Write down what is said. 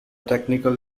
technical